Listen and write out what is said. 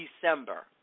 December